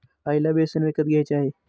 आईला बेसन विकत घ्यायचे आहे